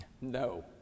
No